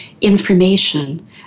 information